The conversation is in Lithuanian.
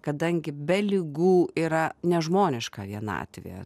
kadangi be ligų yra nežmoniška vienatvė